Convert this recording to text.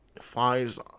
files